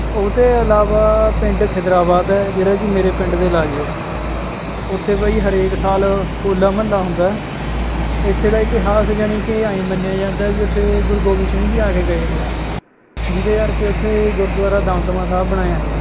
ਉਹਦੇ ਤੋਂ ਇਲਾਵਾ ਪਿੰਡ ਖਿਦਰਾਬਾਦ ਹੈ ਜਿਹੜਾ ਕਿ ਮੇਰੇ ਪਿੰਡ ਦੇ ਲਾਗੇ ਹੈ ਉੱਥੇ ਬਾਈ ਹਰੇਕ ਸਾਲ ਹੌਲਾ ਮਹੱਲਾ ਹੁੰਦਾ ਹੈ ਇੱਥੇ ਦਾ ਇਤਿਹਾਸ ਜਾਣੀ ਕਿ ਐਵੇਂ ਮੰਨਿਆ ਜਾਂਦਾ ਵੀ ਉੱਥੇ ਗੁਰੂ ਗੋਬਿੰਦ ਸਿੰਘ ਜੀ ਆ ਕੇ ਗਏ ਨੇ ਜਿਹਦੇ ਕਰਕੇ ਉੱਥੇ ਗੁਰਦੁਆਰਾ ਦਮਦਮਾ ਸਾਹਿਬ ਬਣਾਇਆ ਗਿਆ ਹੈ